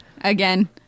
again